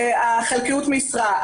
חלקיות המשרה,